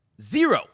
zero